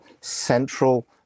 central